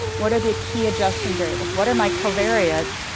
what are the key adjusting variables? what are my covariates?